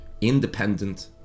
independent